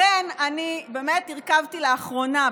אכן אני באמת הרכבתי לאחרונה,